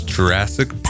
Jurassic